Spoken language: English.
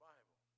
Bible